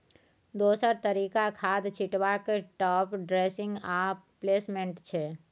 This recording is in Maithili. दोसर तरीका खाद छीटबाक टाँप ड्रेसिंग आ प्लेसमेंट छै